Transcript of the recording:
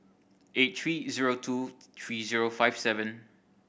eight three zero two three zero five seven